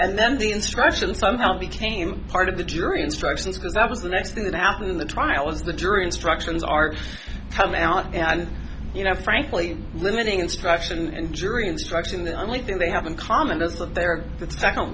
and then the instruction somehow became part of the jury instructions because that was the next thing that happened in the trial as the jury instructions are to come out and you know frankly limiting instruction and jury instruction the only thing they have in common is that they're the second